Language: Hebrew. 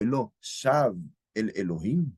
ולא שב אל אלוהים.